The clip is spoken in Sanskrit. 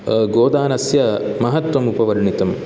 गोदानस्य महत्वम् उपवर्णितम्